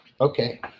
Okay